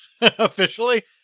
Officially